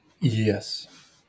Yes